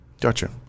Gotcha